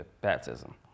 baptism